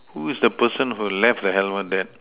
who is the person who left the helmet there